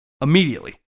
immediately